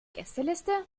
gästeliste